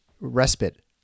respite